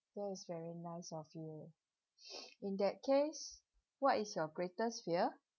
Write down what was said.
that is very nice of you in that case what is your greatest fear